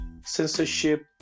censorship